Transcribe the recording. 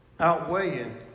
outweighing